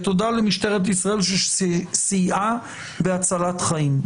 ותודה למשטרת ישראל שסייעה בהצלת חיים.